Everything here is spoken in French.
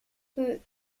peut